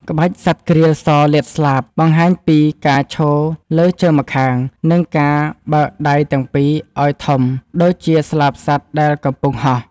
ក្បាច់ សត្វក្រៀលសលាតស្លាប បង្ហាញពីការឈរលើជើងម្ខាង និងការបើកដៃទាំងពីរឱ្យធំដូចជាស្លាបសត្វដែលកំពុងហោះ។